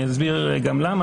אני אסביר גם למה,